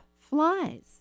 flies